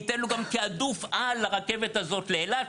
ניתן לו גם תעדוף על לרכבת הזאת לאילת,